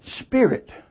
spirit